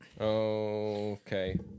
Okay